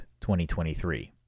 2023